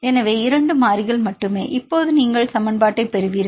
எனவே 2 மாறிகள் மட்டுமே இப்போது நீங்கள் சமன்பாட்டைப் பெறுவீர்கள்